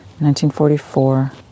1944